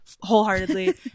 wholeheartedly